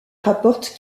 rapporte